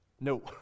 No